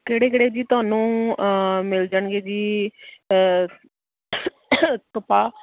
ਕਿਹੜੇ ਕਿਹੜੇ ਜੀ ਤੁਹਾਨੂੰ ਮਿਲ ਜਾਣਗੇ ਜੀ ਕਪਾਹ